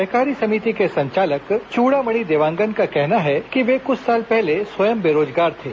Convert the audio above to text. सहकारी समिति के संचालक चूड़ामणी देवांगन का कहना है कि वे कुछ साल पहले स्वयं बेरोजगार थे